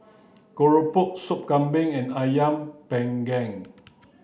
Keropok Soup Kambing and Ayam panggang